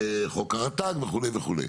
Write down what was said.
חוק הרט"ג וכולי וכולי.